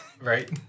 Right